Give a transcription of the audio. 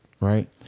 right